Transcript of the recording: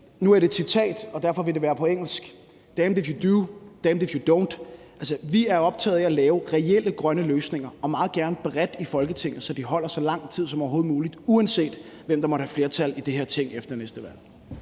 Nu er det et citat, og derfor vil det være på engelsk: Damned if you do, damned if you don't. Altså, vi er optaget af at lave reelle grønne løsninger og meget gerne bredt i Folketinget, så de holder så lang tid som overhovedet muligt, uanset hvem der måtte have flertal i det her Ting efter næste valg.